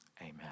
Amen